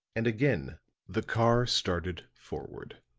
and again the car started forward.